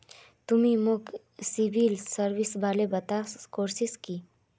तुई मोक सिबिल स्कोरेर बारे बतवा सकोहिस कि?